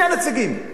מי הנציגים?